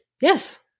Yes